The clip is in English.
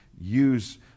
use